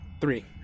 Three